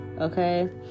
Okay